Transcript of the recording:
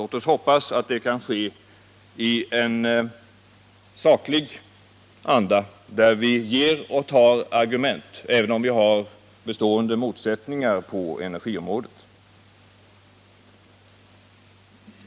Låt oss hoppas att det kan ske i en saklig anda, där vi ger och tar argument, även om det finns bestående motsättningar på energiområdet.